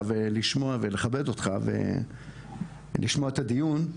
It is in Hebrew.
ולשמוע ולכבד אותך ולשמוע את הדיון,